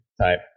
type